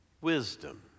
Wisdom